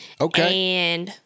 Okay